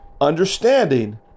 Understanding